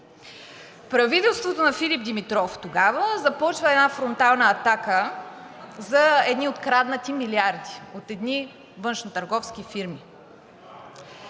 Правителството на Филип Димитров тогава започва една фронтална атака за едни откраднати милиарди от едни външнотърговски фирми.